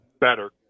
better